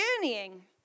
journeying